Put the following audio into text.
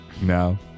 No